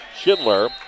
Schindler